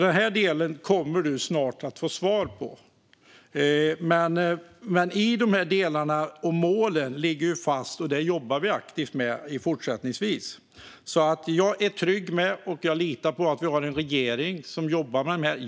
Den här delen kommer du snart att få svar på. Målen ligger fast, och detta jobbar vi aktivt med fortsättningsvis. Jag är trygg med det här, och jag litar på att vi har en regering som jobbar med frågorna.